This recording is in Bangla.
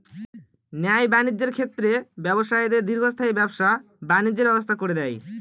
ন্যায় বাণিজ্যের ক্ষেত্রে ব্যবসায়ীদের দীর্ঘস্থায়ী ব্যবসা বাণিজ্যের ব্যবস্থা করে দেয়